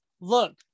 look